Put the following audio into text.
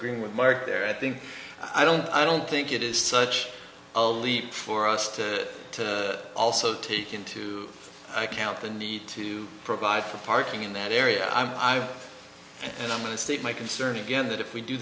with mark there i think i don't i don't think it is such a leap for us to to also take into account the need to provide for parking in that area i'm going to state my concern again that if we do